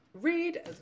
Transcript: read